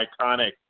iconic